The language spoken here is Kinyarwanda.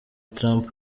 trump